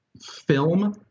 film